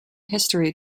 history